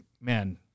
man